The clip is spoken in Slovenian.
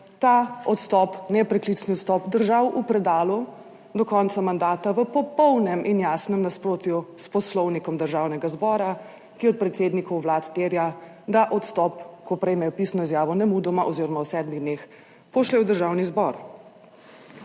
ta odstop, nepreklicni odstop, držal v predalu do konca mandata v popolnem in jasnem nasprotju s Poslovnikom Državnega zbora, ki od predsednikov vlad terja, da odstop, ko prejmejo pisno izjavo, nemudoma oziroma v sedmih dneh pošljejo v Državni zbor.